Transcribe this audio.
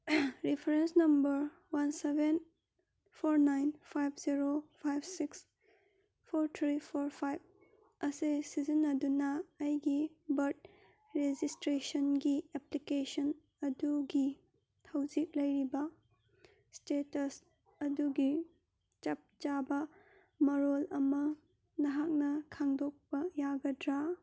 reference number one seven four nine five zero five six four three four five ꯑꯁꯦ ꯁꯤꯖꯤꯟꯅꯗꯨꯅ ꯑꯩꯒꯤ birth ꯔꯦꯖꯤꯁꯇ꯭ꯔꯦꯁꯟꯒꯤ application ꯑꯗꯨꯒꯤ ꯍꯧꯖꯤꯛ ꯂꯩꯔꯤꯕ ꯏꯁꯇꯦꯇꯁ ꯑꯗꯨꯒꯤ ꯆꯞ ꯆꯥꯕ ꯃꯔꯣꯜ ꯑꯃ ꯅꯍꯥꯛꯅ ꯈꯪꯗꯣꯛꯄ ꯌꯥꯒꯗ꯭ꯔ